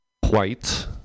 white